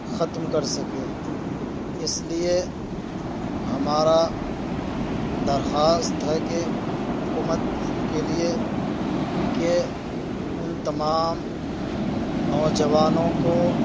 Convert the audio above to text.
ختم کر سکے اس لیے ہمارا درخواست ہے کہ حکومت کے لیے کہ ان تمام نوجوانوں کو